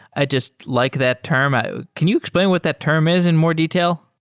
i just like that term. ah can you explain what that term is in more detail?